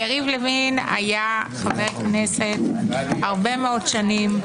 יריב לוין היה חבר כנסת הרבה מאוד שנים.